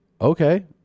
okay